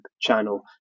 channel